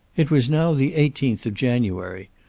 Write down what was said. it was now the eighteenth of january.